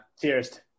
Cheers